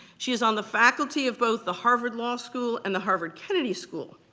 she is on the faculty of both the harvard law school and the harvard kennedy school.